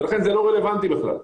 ולכן זה לא רלוונטי בכלל.